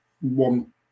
one